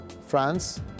France